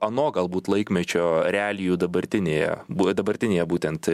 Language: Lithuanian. ano galbūt laikmečio realijų dabartinėje buvę dabartinėje būtent